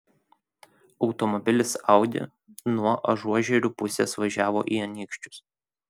automobilis audi nuo ažuožerių pusės važiavo į anykščius